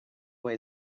way